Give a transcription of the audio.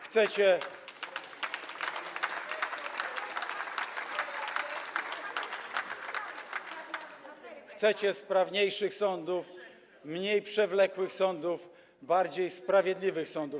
Chcecie sprawniejszych sądów, mniej przewlekłych sądów, bardziej sprawiedliwych sądów.